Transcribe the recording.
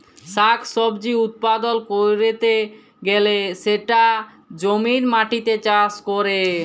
শাক সবজি উৎপাদল ক্যরতে গ্যালে সেটা জমির মাটিতে চাষ ক্যরে